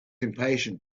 impatient